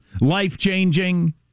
life-changing